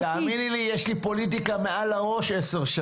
היו מעט בקרות של משרד הבינוי